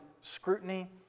scrutiny